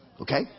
Okay